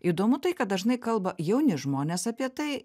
įdomu tai kad dažnai kalba jauni žmonės apie tai